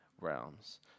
realms